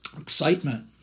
Excitement